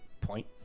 point